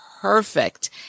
perfect